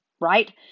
Right